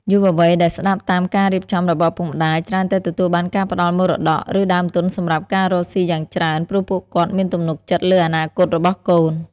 យុវវ័យដែលស្ដាប់តាមការរៀបចំរបស់ឪពុកម្ដាយ ច្រើនតែទទួលបានការផ្ដល់មរតក ឬដើមទុនសម្រាប់ការរកស៊ីយ៉ាងច្រើន ព្រោះពួកគាត់មានទំនុកចិត្តលើអនាគតរបស់កូន។